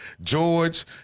George